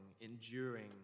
enduring